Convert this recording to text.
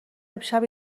امشب